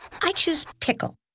i choose pickle.